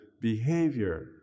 behavior